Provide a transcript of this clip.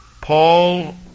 Paul